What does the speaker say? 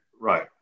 Right